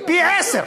פי-עשרה,